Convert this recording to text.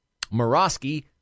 Morosky